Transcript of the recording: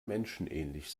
menschenähnlich